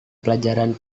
pelajaran